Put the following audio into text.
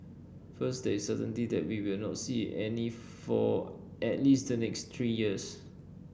first there is certainty that we will not see any for at least the next three years